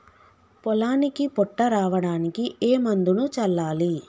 పొలానికి పొట్ట రావడానికి ఏ మందును చల్లాలి?